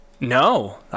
No